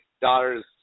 daughter's